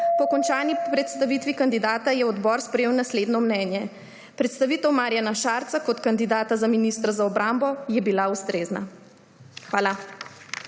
Po končani predstavitvi kandidata je odbor sprejel naslednje mnenje: Predstavitev Marjana Šarca kot kandidata za ministra za obrambo je bila ustrezna. Hvala.